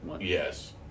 Yes